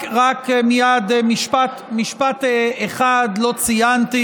משפט אחד לא ציינתי: